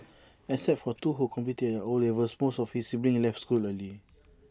except for two who completed their O levels most of his siblings left school early